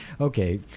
okay